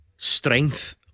strength